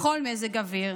בכל מזג אוויר.